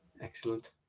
Excellent